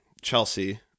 Chelsea